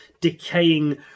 decaying